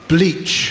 Bleach